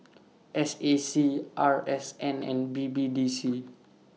S A C R S N and B B D C